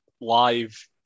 live